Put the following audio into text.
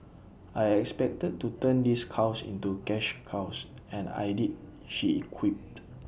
I expected to turn these cows into cash cows and I did she equipped